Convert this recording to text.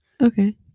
okay